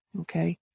Okay